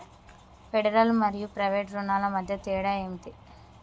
Federal మరియు private రుణాల మధ్య తేడా ఏమిటి?